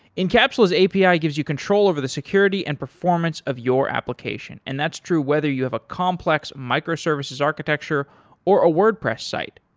incapsula's api ah gives you control over the security and performance of your application and that's true whether you have a complex micro-services architecture or a wordpress site,